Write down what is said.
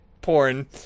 porn